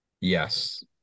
yes